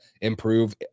improve